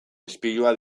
ispilua